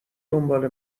دنبال